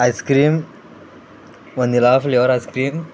ice cream vanilla flavor ice cream